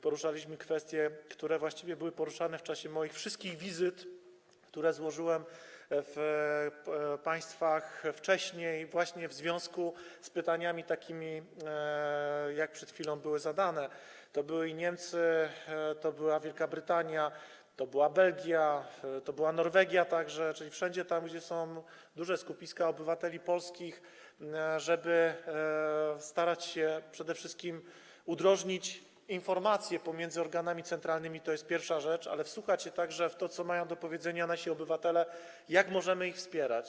Poruszaliśmy kwestie, które właściwie były poruszane w czasie wszystkich moich wizyt, które wcześniej złożyłem w państwach, właśnie w związku z pytaniami takimi jak te, które przed chwilą były zadane - to były Niemcy, to była Wielka Brytania, to była Belgia, to także była Norwegia, czyli wszędzie tam, gdzie są duże skupiska obywateli polskich - żeby starać się przede wszystkim udrożnić przepływ informacji pomiędzy organami centralnymi, to jest pierwsza rzecz, ale wsłuchać się także w to, co mają do powiedzenia nasi obywatele, jak możemy ich wspierać.